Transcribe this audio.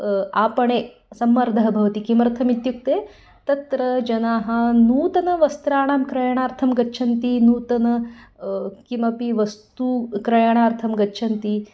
आपणे सम्मर्दः भवति किमर्थम् इत्युक्ते तत्र जनाः नूतनवस्त्राणां क्रयणार्थं गच्छन्ति नूतनं किमपि वस्तु क्रयणार्थं गच्छन्ति